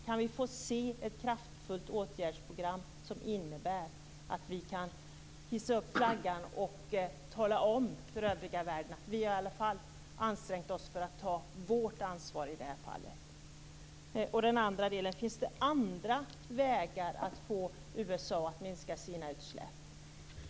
Kan vi få se ett kraftfullt åtgärdsprogram som innebär att vi kan hissa flaggan och tala om för övriga världen att vi i Sverige i alla fall har ansträngt oss för att ta vårt ansvar i det här fallet? Jag undrar också om det finns andra vägar för att få USA att minska sina utsläpp.